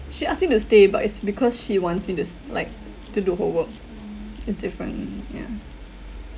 she asked me to stay but it's because she wants me just like to do her work it's different yeah